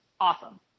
awesome